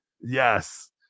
Yes